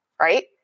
right